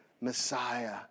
Messiah